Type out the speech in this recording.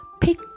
Pick